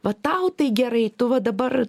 va tau tai gerai tu va dabar